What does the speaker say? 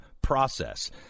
process